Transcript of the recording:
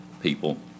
people